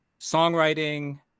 songwriting